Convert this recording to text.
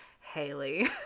Haley